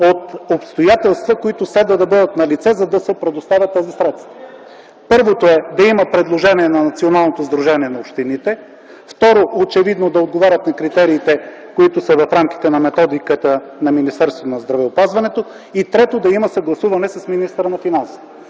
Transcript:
от обстоятелства, които следва да бъдат налице, за да се предоставят тези средства. Първото е да има предложение на Националното сдружение на общините; второ, очевидно да отговарят на критериите, които са в рамките на методиката на Министерството на здравеопазването; и трето – да има съгласуване с министъра на финансите.